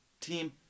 team